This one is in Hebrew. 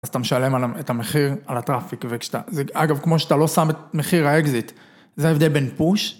אז אתה משלם את המחיר על הטראפיק, אגב כמו שאתה לא שם את מחיר האקזיט, זה ההבדל בין פוש